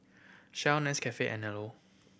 Shell Nescafe Anello